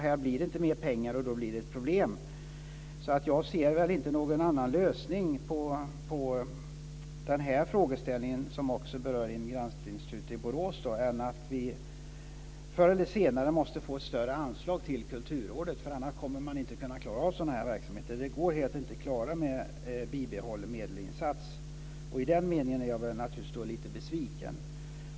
Här blir det inte mer pengar, och då blir det problem. Jag ser väl inte någon annan lösning på den här frågan, som också berör Immigrantinstitutet i Borås, än att vi förr eller senare måste få ett större anslag till Kulturrådet. Annars kommer man inte att klara sådana verksamheter. Det går inte att klara med bibehållen medelinsats. I den meningen är jag lite besviken.